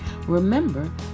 Remember